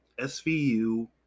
SVU